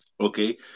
okay